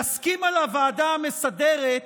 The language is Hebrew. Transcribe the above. נסכים על הוועדה המסדרת,